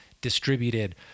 distributed